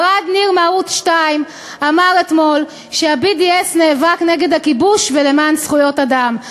ערד ניר מערוץ 2 אמר אתמול שה-BDS נאבק נגד הכיבוש ולמען זכויות אדם.